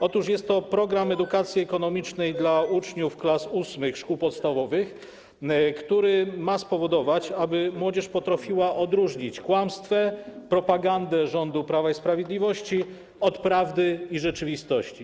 Otóż jest to program edukacji ekonomicznej dla uczniów klas VIII szkół podstawowych, który ma spowodować, aby młodzież potrafiła odróżnić kłamstwo, propagandę rządu Prawa i Sprawiedliwości, od prawdy i rzeczywistości.